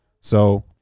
So-